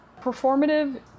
performative